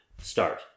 start